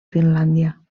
finlàndia